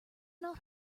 not